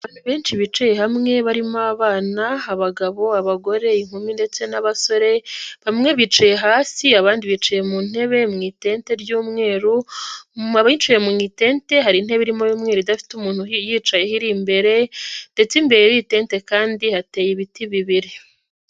Benshi bicaye hamwe barimo abana, abagabo, abagore, inkumi, ndetse n'abasore. Bamwe bicaye hasi abandi bicaye mu ntebe mu itente ry'umweru biciwe mu itente hari intebe irimo ymweru idafite umuntu yicaye iriri imbere ndetse imbere y'iyitente kandi hateye ibiti bibiri